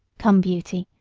come, beauty,